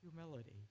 humility